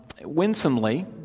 winsomely